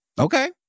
Okay